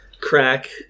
crack